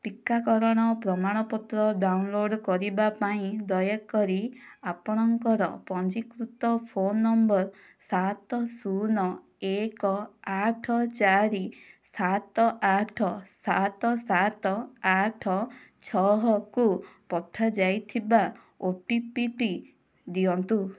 ଟିକାକରଣ ପ୍ରମାଣପତ୍ର ଡ଼ାଉନଲୋଡ଼୍ କରିବା ପାଇଁ ଦୟାକରି ଆପଣଙ୍କର ପଞ୍ଜୀକୃତ ଫୋନ୍ ନମ୍ବର ସାତ ଶୂନ ଏକ ଆଠ ଚାରି ସାତ ଆଠ ସାତ ସାତ ଆଠ ଛଅକୁ ପଠାଯାଇଥିବା ଓଟିପିଟି ଦିଅନ୍ତୁ